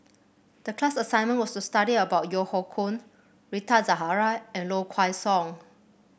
the class assignment was to study about Yeo Hoe Koon Rita Zahara and Low Kway Song